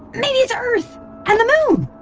maybe it's earth and the moon?